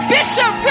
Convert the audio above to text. Bishop